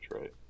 right